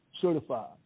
certified